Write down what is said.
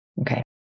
Okay